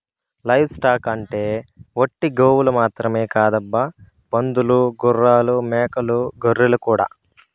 live stock అంటే ఒట్టి గోవులు మాత్రమే కాదబ్బా పందులు గుర్రాలు మేకలు గొర్రెలు కూడా